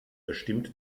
bestimmt